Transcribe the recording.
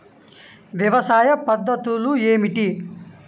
వ్యవసాయ పద్ధతులు ఏమిటి?